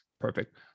Perfect